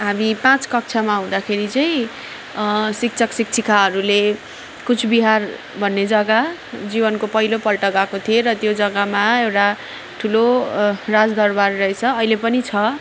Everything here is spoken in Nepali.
हामी पाँच कक्षामा हुँदाखेरि चाहिँ शिक्षक शिक्षिकाहरूले कुच बिहार भन्ने जगा जीवनको पहिलो पल्ट गएको थिएँ र त्यो जगामा एउटा ठुलो राजदरवार रहेछ अहिले पनि छ